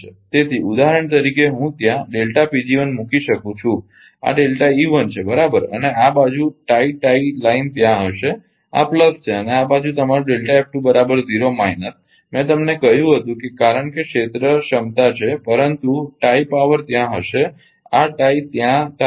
તેથી ઉદાહરણ તરીકે હું ત્યાં મૂકી શકું છું આ છે બરાબર અને આ બાજુ ટાઇ ટાઇ લાઇન ત્યાં હશે આ વત્તા છે અને આ બાજુ તમારો માઇનસ મેં તમને કહ્યું હતું કે કારણ કે ક્ષેત્ર ક્ષમતા છે પરંતુ ટાઇ પાવર ત્યાં હશે આ હશે ત્યાં ટાઇ લાઇન છે